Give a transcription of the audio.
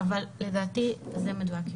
אבל לדעתי זה מדויק יותר.